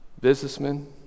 businessmen